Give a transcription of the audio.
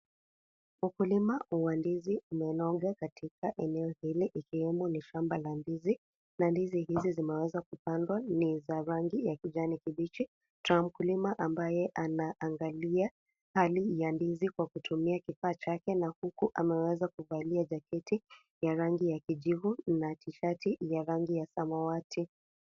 Ukulima wa ndizi umenoga katika eneo hili ikiwemo mifanga la ndizi na ndizi hizi zimeweza kupandwa ni ya rangi ya kijani kibichi. Kuna mkulima ambaye anaangali hali ya ndizi kwa kutumia kifaa chake na huku ameweza kuvalia jaketi ya rangi ya kijivu na tshati ya rangi ya samawati.